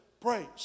praise